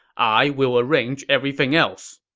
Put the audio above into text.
i will arrange everything else.